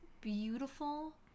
beautiful